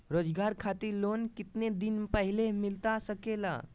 रोजगार खातिर लोन कितने दिन पहले मिलता सके ला?